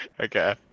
okay